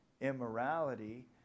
immorality